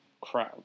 crowd